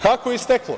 Kako je isteklo?